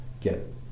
get